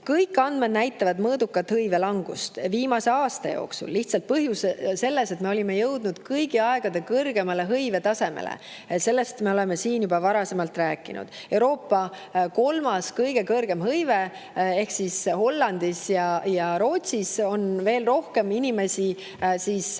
need andmed näitavad mõõdukat hõive langust viimase aasta jooksul. Lihtsalt põhjus on selles, et me olime jõudnud kõigi aegade kõrgeimale hõive tasemele. Sellest me oleme siin juba varasemalt rääkinud. [Oleme] Euroopas [hõive tasemelt] kolmas. Hollandis ja Rootsis on veel rohkem inimesi elanikkonnast